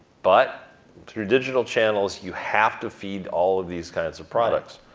but through digital channels, you have to feed all of these kinds of products.